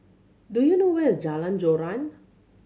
do you know where is Jalan Joran